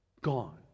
Gone